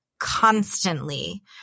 constantly